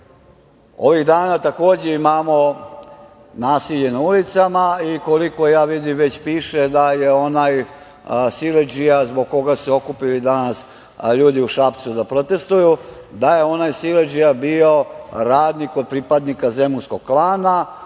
ovih dana takođe imamo nasilje na ulicama i koliko ja vidim već piše da je onaj siledžija zbog koga su se okupili ljudi danas u Šapcu da protestuju, da je ona siledžija bio radnik kod pripadnika zemunskog klana,